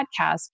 podcast